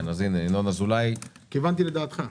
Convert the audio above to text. כיוונתי לדעתך.